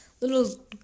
little